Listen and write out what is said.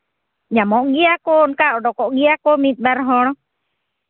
ᱧᱟᱢᱚᱜ ᱜᱮᱭᱟ ᱠᱚ ᱚᱱᱠᱟ ᱩᱰᱩᱠᱚᱜ ᱜᱮᱭᱟ ᱠᱚ ᱢᱤᱫ ᱵᱟᱨ ᱦᱚᱲ